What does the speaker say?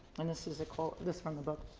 and this is a quote, this from the book.